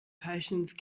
patience